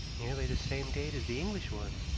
nearly the same date as the english one,